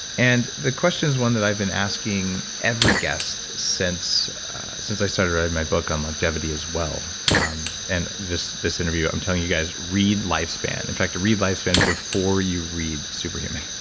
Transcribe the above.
and the question is one that i've been asking every guest since since i started writing my book on longevity as well and this this interview. i'm telling you guys, read lifespan. in fact, read lifespan before you read super human.